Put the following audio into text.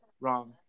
wrong